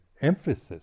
emphasis